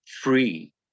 free